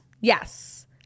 Yes